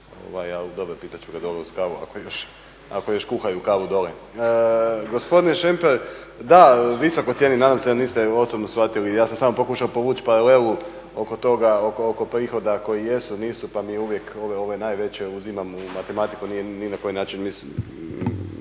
Ali dobro, pitat ću ga dole uz kavu ako još kuhaju kavu dole. Gospodine Šemper, da visoko cijenim. Nadam se da niste osobno shvatili, ja sam samo pokušao povući paralelu oko toga, oko prihoda koji jesu, nisu pa mi uvijek ove najveće uzimam u matematiku. Nije ni na koji način mislio